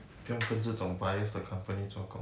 不用跟这种 bias 的 company 做工